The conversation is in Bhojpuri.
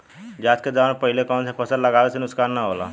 जाँच के दौरान पहिले कौन से फसल लगावे से नुकसान न होला?